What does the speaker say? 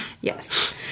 Yes